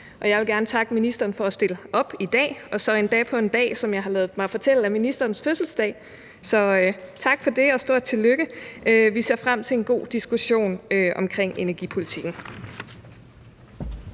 Jeg vil gerne takke ministeren for at stille op i dag – og så endda på en dag, som jeg har ladet mig fortælle er ministerens fødselsdag. Så tak for det, og stort tillykke. Vi ser frem til en god diskussion om energipolitikken.